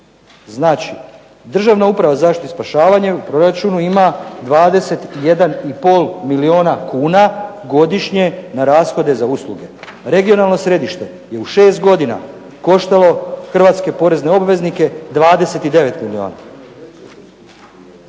Znači Državna uprava za zaštitu i spašavanje u proračunu ima 21 i pol milijuna kuna godišnje na rashode za usluge. Regionalno središte je u 6 godina koštalo hrvatske porezne obveznike 29 milijuna.